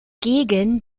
gegen